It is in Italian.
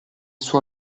suo